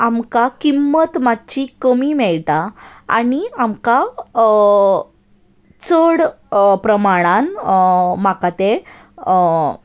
आमकां किंमत मातशी कमी मेळटा आनी आमकां चड प्रमाणान म्हाका तें